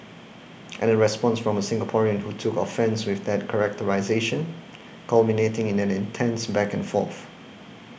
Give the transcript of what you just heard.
and a response from a Singaporean who took offence with that characterisation culminating in an intense back and forth